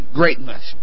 greatness